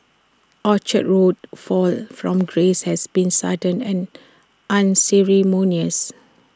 Orchard Road's fall from grace has been sudden and unceremonious